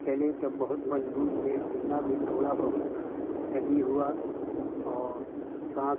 चले तब बहुत मजबूत भी सुनना भी थोड़ा बहुत सही हुआ और साँस